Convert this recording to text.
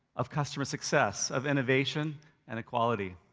of customer success, of innovation and equality,